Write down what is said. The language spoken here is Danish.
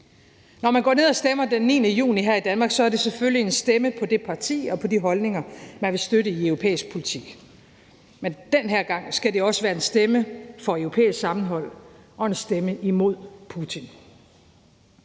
Når man går ned og stemmer den 9. juni her i Danmark, er det selvfølgelig en stemme på det parti og på de holdninger, man vil støtte i europæisk politik. Men den her gang skal det også være en stemme for europæisk sammenhold og en stemme imod Putin.